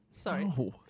Sorry